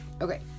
Okay